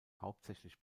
hauptsächlich